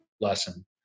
lesson